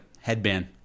headband